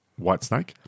Whitesnake